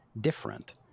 different